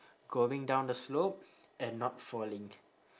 going down the slope and not falling